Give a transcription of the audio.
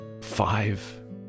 five